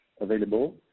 available